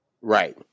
right